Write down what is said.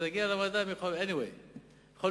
זה יגיע לוועדה בכל מקרה.